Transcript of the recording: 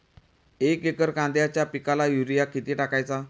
एक एकर कांद्याच्या पिकाला युरिया किती टाकायचा?